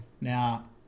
Now